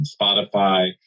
Spotify